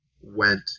went